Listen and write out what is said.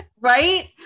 Right